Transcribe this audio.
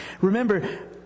Remember